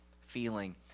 feeling